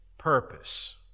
Purpose